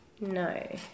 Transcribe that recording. No